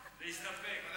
להסתפק.